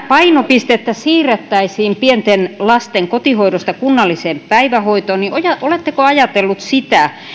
painopistettä siirrettäisiin pienten lasten kotihoidosta kunnalliseen päivähoitoon niin oletteko ajatellut sitä